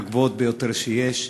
מהגבוהות ביותר שיש.